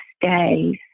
days